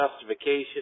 justification